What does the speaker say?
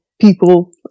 people